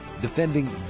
Defending